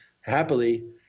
happily